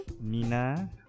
Nina